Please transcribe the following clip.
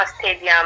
Stadium